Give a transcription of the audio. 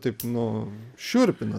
taip nu šiurpina